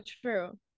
true